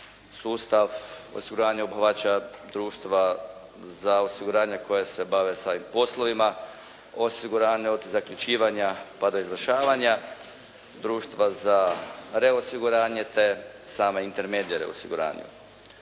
sustav osiguranja obuhvaća društva za osiguranje koja se bave sa ovim poslovima, osiguranja od zaključivanja pa do izvršavanja, društva za reosiguranje, te same … /Govornik se ne